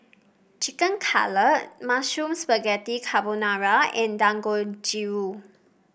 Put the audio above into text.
Chicken Cutlet Mushroom Spaghetti Carbonara and Dangojiru